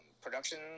production